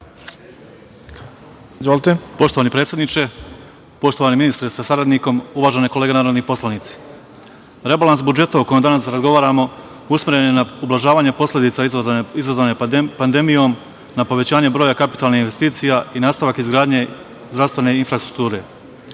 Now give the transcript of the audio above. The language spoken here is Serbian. Poštovani predsedniče, poštovani ministre sa saradnikom, uvažene kolege narodni poslanici, rebalans budžeta o kome danas razgovaramo usmeren je na ublažavanje posledica izazvane pandemijom, na povećanje broja kapitalnih investicija i nastavak izgradnje zdravstvene infrastrukture. Osnovni